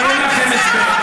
אין לכם הסבר.